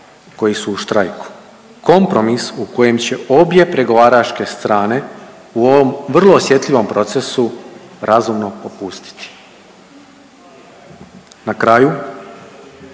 koji su u štrajku, kompromis u koje će obje pregovaračke strane u ovom vrlo osjetljivom procesu razumno popustiti. Na kraju